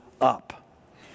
up